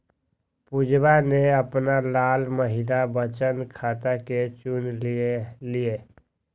पुजवा ने अपना ला महिला बचत खाता के चुन लय